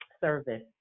service